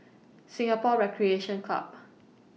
Singapore Recreation Club